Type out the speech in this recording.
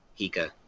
Hika